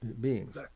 beings